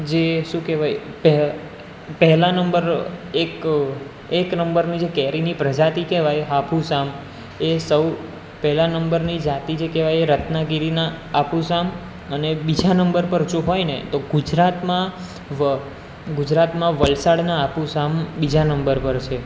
જે શું કહેવાય પહેલા નંબર એક એક નંબરની જે કેરીની પ્રજાતિ કહેવાય હાફૂસ આમ એ સૌ પહેલા નંબરની જાતિ જે કહેવાય એ રત્નાગીરીના હાફૂસ આમ અને બીજા નંબર પર જો હોયને તો ગુજરાતમાં વ ગુજરાતમાં વલસાડના હાફૂસ આમ બીજા નંબર પર છે